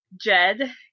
Jed